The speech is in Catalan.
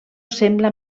sembla